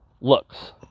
looks